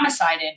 homicided